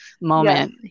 moment